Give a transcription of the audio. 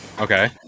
Okay